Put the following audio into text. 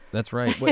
that's right.